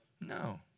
No